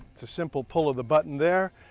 it's a simple pull of the button. there.